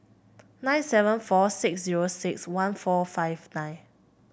nine seven four six zero six one four five nine